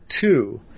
two